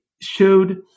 showed